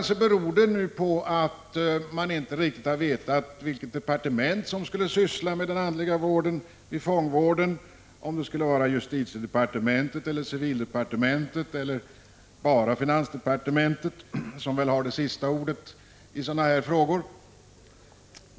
Det kanske har varit oklart vilket departement som skulle syssla med den andliga vården inom fångvården, om det skulle vara justitiedepartementet, civildepartementet eller finansdepartementet, som väl har det sista ordet i sådana här frågor.